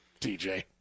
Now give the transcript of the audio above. TJ